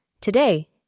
Today